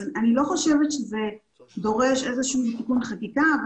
אני לא חושבת שזה דורש איזשהו עדכון חקיקה אבל